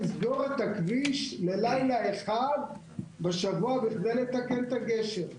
צריך לסגור את הכביש ללילה אחד בכדי לתקן את הגשר.